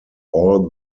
all